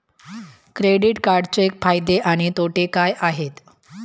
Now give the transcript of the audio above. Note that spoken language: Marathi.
क्रेडिट कार्डचे फायदे आणि तोटे काय आहेत?